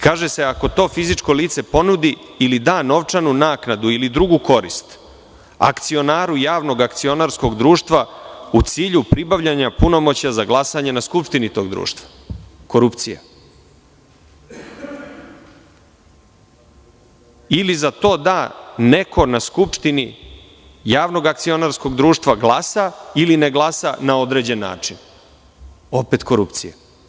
Kaže se – ako to fizičko lice ponudi ili da novčanu naknadu ili drugu korist akcionaru javnog akcionarskog društva u cilju pribavljanja punomoćja za glasanje na Skupštini tog društva – korupcija – ili za to da neko na Skupštini javnog akcionarskog društva glasa ili ne glasa na određen način – opet korupcija.